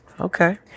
Okay